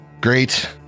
great